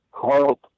Carl